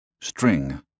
String